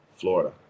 Florida